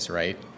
right